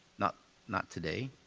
not not today,